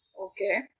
Okay